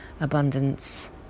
abundance